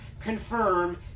confirm